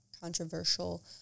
controversial